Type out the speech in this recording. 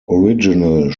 original